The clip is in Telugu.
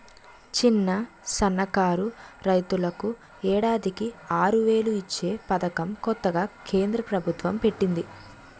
చిన్న, సన్నకారు రైతులకు ఏడాదికి ఆరువేలు ఇచ్చే పదకం కొత్తగా కేంద్ర ప్రబుత్వం పెట్టింది